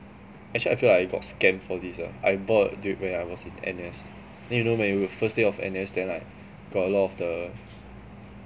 actually I feel like I got scammed for this ah I bought it when I was in N_S then you know when you first day in N_S then like got a lot of the